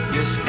Yes